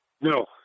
No